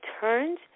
turns